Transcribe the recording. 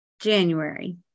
January